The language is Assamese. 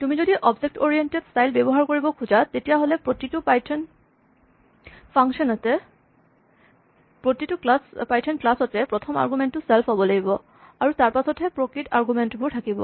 তুমি যদি অবজেক্ট অৰিয়েন্টেড স্টাইল ব্যৱহাৰ কৰিব খোজা তেতিয়াহ'লে প্ৰতিটো পাইথন ফাংচন তে প্ৰতিটো পাইথন ক্লাচ তে প্ৰথম আৰগুমেন্ট টো ছেল্ফ হ'ব লাগিব আৰু তাৰপাছতহে প্ৰকৃত আৰগুমেন্টবোৰ থাকিব